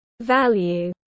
value